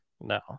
No